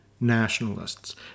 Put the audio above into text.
nationalists